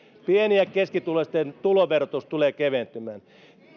pieni ja keskituloisten tuloverotus tulee keventymään